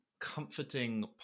comforting